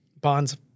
Bond's